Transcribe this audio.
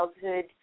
childhood